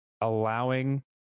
allowing